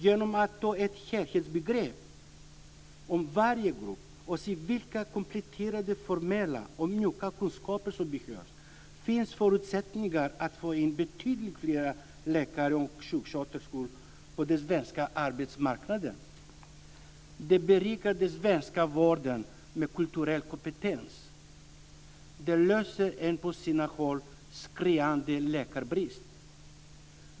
Genom att ta ett helhetsgrepp om varje grupp och se vilka kompletterande formella och mjuka kunskaper som behövs finns förutsättningar att få in betydligt fler läkare och sjuksköterskor på den svenska arbetsmarknaden. Det berikar den svenska vardagen med kulturell kompetens. Det löser en på sina håll skriande läkarbrist.